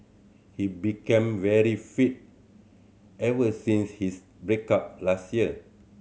he became very fit ever since his break up last year